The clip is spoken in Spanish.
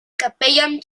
capellán